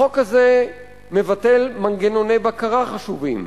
החוק הזה מבטל מנגנוני בקרה חשובים.